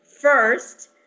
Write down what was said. first